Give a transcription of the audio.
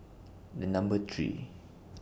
The Number three